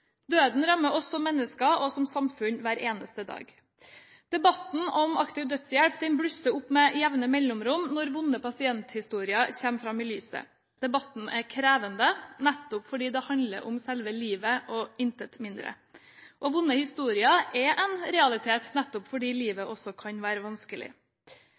Døden rammer oss som mennesker og samfunn hver eneste dag. Debatten om aktiv dødshjelp blusser opp med jevne mellomrom når vonde pasienthistorier kommer fram i lyset. Debatten er krevende, nettopp fordi det handler om selve livet – intet mindre – og vonde historier er en realitet nettopp fordi livet også kan være vanskelig.